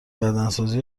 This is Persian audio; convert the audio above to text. بدنسازی